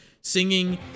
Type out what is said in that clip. singing